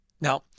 Now